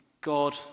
God